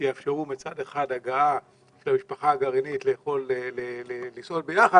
שיאפשרו מצד אחד הגעה של המשפחה הגרעינית לסעוד ביחד